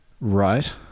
Right